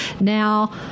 Now